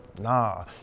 Nah